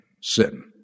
sin